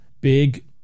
big